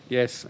Yes